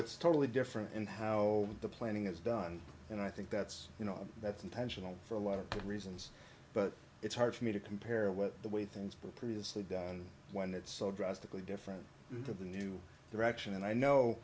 it's totally different in how the planning is done and i think that's you know that's intentional for a lot of reasons but it's hard for me to compare what the way things were previously done when it's so drastically different to the new direction and i know